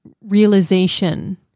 realization